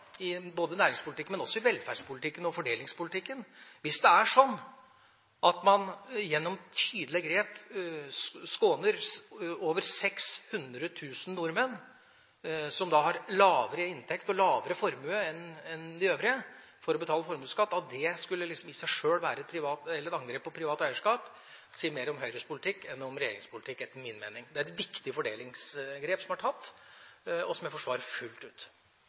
har, både i næringspolitikken og også i velferdspolitikken og fordelingspolitikken. Hvis det – gjennom tydelige grep – å skåne over 600 000 nordmenn som har lavere inntekt og lavere formue enn de øvrige, for å betale formuesskatt i seg sjøl skulle være et angrep på privat eierskap, sier det mer om Høyres politikk enn om regjeringas politikk, etter min mening. Det er et viktig fordelingsgrep som er tatt, og som jeg forsvarer fullt ut.